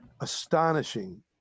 astonishing